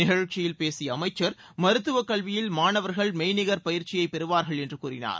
நிகழ்ச்சியில் பேசிய அமைச்சர் மருத்துவ கல்வியில் மாணவர்கள் மெய் நிகர் பயிற்சியை பெறுவார்கள் என்று கூறினார்